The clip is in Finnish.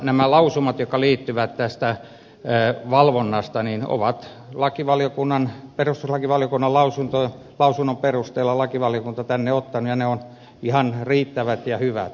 nämä lausumat jotka liittyvät tähän valvontaan on perustuslakivaliokunnan lausunnon perusteella lakivaliokunta tänne ottanut ja ne ovat ihan riittävät ja hyvät